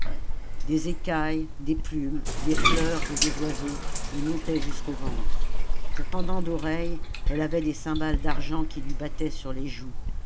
des écailles des plumes des fleurs et des oiseaux lui montaient jusqu'au ventre pour pendants d'oreilles elle avait des cymbales d'argent qui jui battaient sur les joues